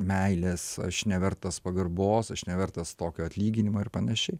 meilės aš nevertas pagarbos aš nevertas tokio atlyginimo ir panašiai